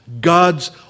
God's